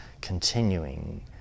continuing